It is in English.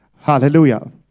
Hallelujah